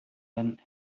when